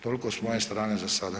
Toliko s moje strane za sada.